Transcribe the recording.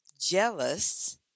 jealous